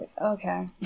okay